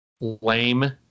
Lame